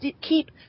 keep